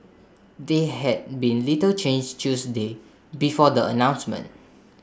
they had been little changed Tuesday before the announcements